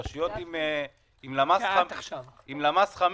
מרדכי כהן, רשויות עם למ"ס 5